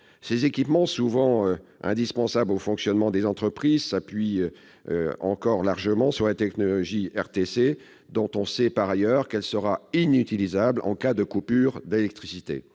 Ces équipements, souvent indispensables au fonctionnement des entreprises, s'appuient encore largement sur la technologie RTC, dont on sait par ailleurs qu'elle sera inutilisable en cas de coupures d'électricité.